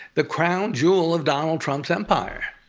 the crown jewel of donald trump's empire.